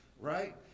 right